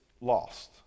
lost